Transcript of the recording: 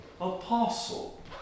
Apostle